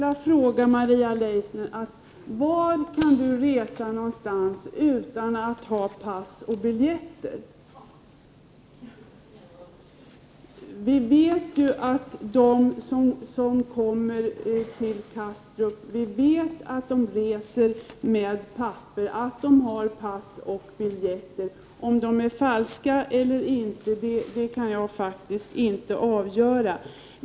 Herr talman! Vart kan Maria Leissner resa utan att ha pass och biljetter? Vi vet att de flyktingar som kommer till Kastrup haft papper under resan, att de har pass och biljetter. Om dessa handlingar är falska eller inte kan jag faktiskt inte avgöra.